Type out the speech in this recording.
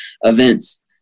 events